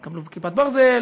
תקבלו "כיפת ברזל",